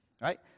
Right